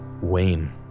Wayne